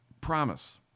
Promise